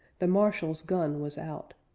the marshal's gun was out.